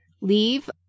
leave